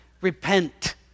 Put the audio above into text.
Repent